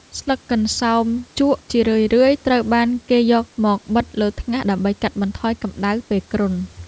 ស្លឹកកន្សោមជក់ជារឿយៗត្រូវបានគេយកមកបិទលើថ្ងាសដើម្បីកាត់បន្ថយកម្តៅពេលគ្រុន។